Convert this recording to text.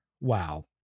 WoW